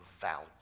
value